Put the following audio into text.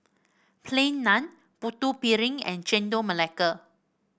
Plain Naan Putu Piring and Chendol Melaka